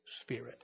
Spirit